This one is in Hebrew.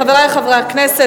חברי חברי הכנסת,